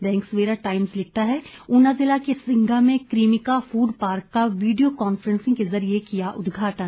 दैनिक Savera Times लिखता है ऊना जिला के सिंगा में क्रीमिका फूड पार्क का वीडियो कांफ्रेंसिंग के जरिये किया उद्घाटन